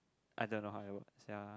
I don't know how it works ya